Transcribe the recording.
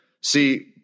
See